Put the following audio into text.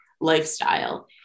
lifestyle